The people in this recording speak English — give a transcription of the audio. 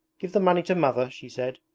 give the money to mother she said,